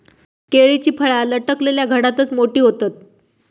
केळीची फळा लटकलल्या घडातच मोठी होतत